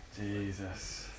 Jesus